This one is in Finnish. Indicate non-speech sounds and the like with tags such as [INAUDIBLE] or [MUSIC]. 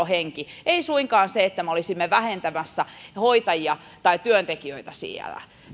[UNINTELLIGIBLE] henki ei suinkaan se että me olisimme vähentämässä hoitajia tai työntekijöitä siellä